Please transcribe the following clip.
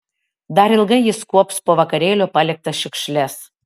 dar ilgai jis kuops po vakarėlio paliktas šiukšles